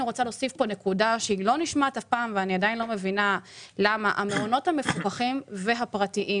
יש פגיעה קשה מאוד במעונות המפוקחים והפרטיים